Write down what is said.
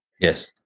Yes